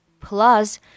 Plus